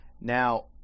Now